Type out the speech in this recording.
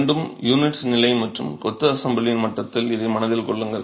இரண்டும் யூனிட் நிலை மற்றும் கொத்து அசெம்பிளியின் மட்டத்தில் இதை மனதில் கொள்ளுங்கள்